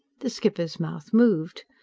the skipper's mouth moved.